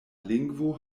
lingvo